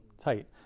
tight